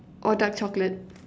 or dark chocolate